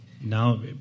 Now